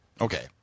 Okay